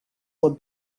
were